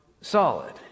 solid